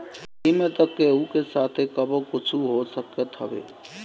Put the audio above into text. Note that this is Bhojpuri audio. राही में तअ केहू के साथे कबो कुछु हो सकत हवे